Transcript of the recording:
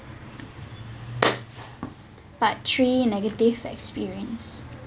part three negative experience